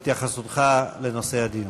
התייחסותך לנושא הדיון.